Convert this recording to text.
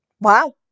Wow